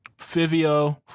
Fivio